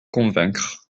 convaincre